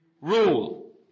rule